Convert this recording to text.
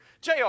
Jr